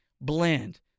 blend